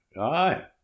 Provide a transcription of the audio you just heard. Aye